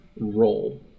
role